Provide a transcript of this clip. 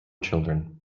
children